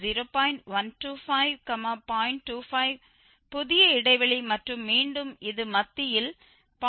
25 புதிய இடைவெளி மற்றும் மீண்டும் இது மத்தியில் 0